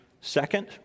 second